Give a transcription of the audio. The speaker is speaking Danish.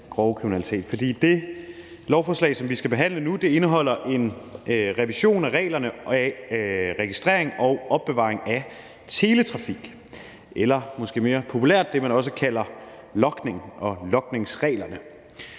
det lovforslag, som vi skal behandle nu, indeholder en revision af reglerne om registrering og opbevaring af teletrafik, eller måske mere populært sagt: Det, man også kalder logning og logningsreglerne.